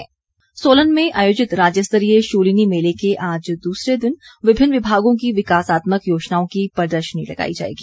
शूलिनी मेला सोलन में आयोजित राज्य स्तरीय शूलिनी मेले के आज दूसरे दिन विभिन्न विभागों की विकासात्मक योजनाओं की प्रदर्शनी लगाई जाएगी